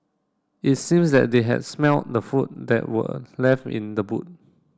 it seems that they had smelt the food that were left in the boot